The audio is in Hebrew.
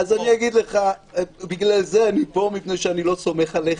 בגלל זה אני פה, מפני שאני לא סומך עליך.